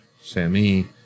Sammy